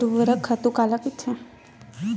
ऊर्वरक खातु काला कहिथे?